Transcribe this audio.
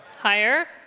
Higher